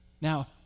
Now